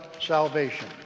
salvation